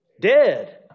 dead